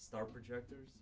star projectors